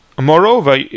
Moreover